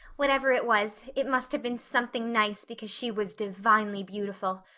whatever it was it must have been something nice because she was divinely beautiful.